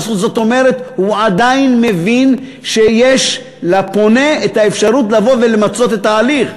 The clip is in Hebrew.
זאת אומרת הוא עדיין מבין שיש לפונה אפשרות לבוא ולמצות את ההליך.